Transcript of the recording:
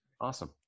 awesome